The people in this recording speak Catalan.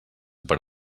per